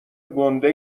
گُنده